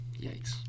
Yikes